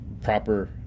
proper